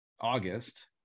August